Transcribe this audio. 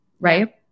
right